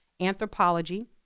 Anthropology